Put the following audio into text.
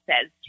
says